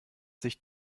sich